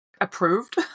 approved